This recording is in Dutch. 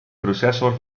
processor